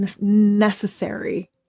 necessary